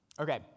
Okay